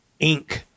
Inc